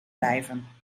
blijven